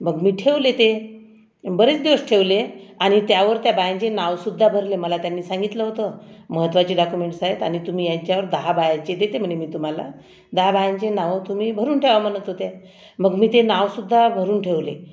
मग मी ठेवले ते बरेच दिवस ठेवले आणि त्यावर त्या बायांचे नावसुद्धा भरले मला त्यांनी सांगितलं होतं महत्त्वाचे डॉक्युमेंट्स आहेत आणि तुम्ही यांच्यावर दहा बायाचे देते म्हणे तुम्हाला दहा बायांचे नावं तुम्ही भरून ठेवा म्हणत होते मग मी ते नावसुद्धा भरून ठेवले